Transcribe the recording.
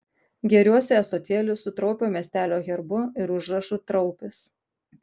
gėriuosi ąsotėliu su traupio miestelio herbu ir užrašu traupis